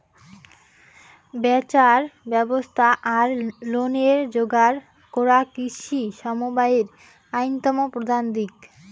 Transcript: ব্যাচার ব্যবস্থা আর লোনের যোগার করা কৃষি সমবায়ের অইন্যতম প্রধান দিক